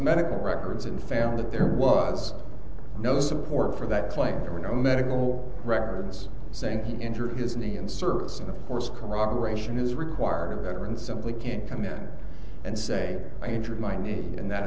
medical records and found that there was no support for that claim there were no medical records saying he injured his knee in service of the force corroboration is required reverence and we can't come in and say i injured my knee and that